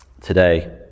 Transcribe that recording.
today